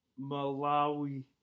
Malawi